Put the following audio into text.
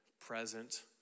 present